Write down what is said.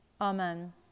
Amen